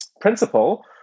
principle